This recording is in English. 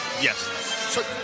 Yes